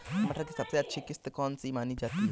मटर की सबसे अच्छी किश्त कौन सी मानी जाती है?